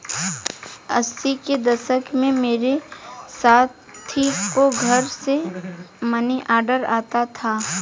अस्सी के दशक में मेरे साथी को घर से मनीऑर्डर आता था